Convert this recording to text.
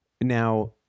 Now